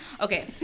Okay